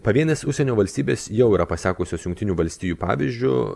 pavienės užsienio valstybės jau yra pasekusios jungtinių valstijų pavyzdžiu